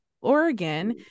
Oregon